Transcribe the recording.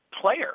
player